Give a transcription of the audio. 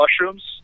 mushrooms